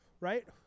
Right